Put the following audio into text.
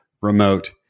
remote